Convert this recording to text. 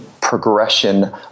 progression